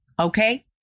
Okay